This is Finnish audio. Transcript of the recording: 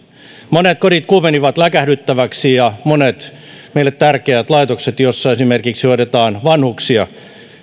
monet kodit kuumenivat läkähdyttäviksi ja monet meille tärkeät laitokset joissa esimerkiksi hoidetaan vanhuksia